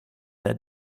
der